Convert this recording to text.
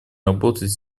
работать